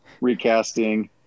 recasting